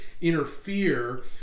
interfere